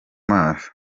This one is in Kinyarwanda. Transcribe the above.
maso